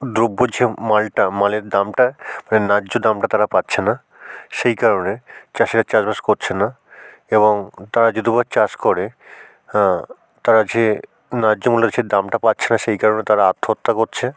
দ্রব্যর যে মালটা মালের দামটা তাদের ন্যায্য দামটা তারা পাচ্ছে না সেই কারণে চাষিরা চাষবাস করছে না এবং তারা যদিও বা চাষ করে তারা যে ন্যায্য মূল্যর যে দামটা পাচ্ছে না সেই কারণে তারা আত্মহত্যা করছে